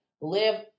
live